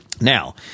Now